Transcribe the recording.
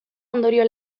ondorio